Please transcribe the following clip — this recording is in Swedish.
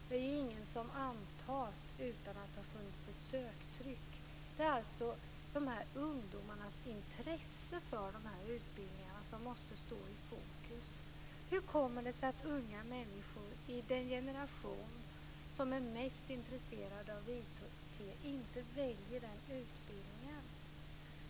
Det är ingen som antas utan att det har funnits ett söktryck. Det är alltså ungdomarnas intresse för dessa utbildningar som måste stå i fokus. Hur kommer det sig att unga människor i den generation som är mest intresserad av IT inte väljer denna utbildning?